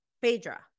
Phaedra